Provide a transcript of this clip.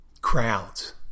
crowds